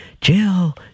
Jill